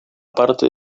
parte